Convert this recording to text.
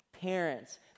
Parents